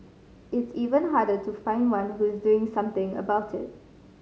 it's even harder to find one who is doing something about it